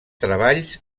treballs